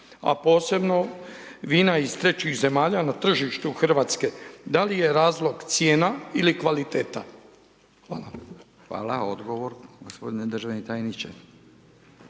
a posebno vina iz 3 zemalja na tržištu Hrvatske, da li je razlog cijena ili kvaliteta? Hvala. **Radin, Furio (Nezavisni)**